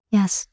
Yes